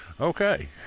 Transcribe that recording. Okay